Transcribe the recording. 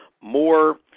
more